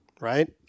right